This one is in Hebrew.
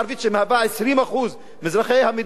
שמהווה 20% מאזרחי המדינה,